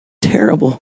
terrible